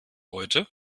heute